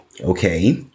okay